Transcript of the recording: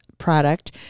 product